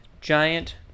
Giant